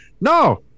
No